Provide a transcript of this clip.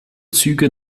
züge